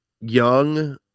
young